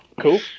Cool